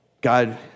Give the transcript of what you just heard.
God